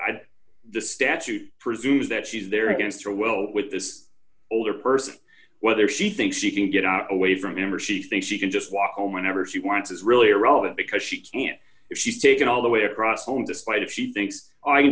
had the statute presumes that she's there against her will with this older d person whether she thinks she can get out a way from him or she thinks she can just walk home whenever she wants is really irrelevant because she can't if she's taken all the way across home despite if she thinks i can